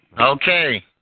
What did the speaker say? Okay